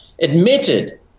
admitted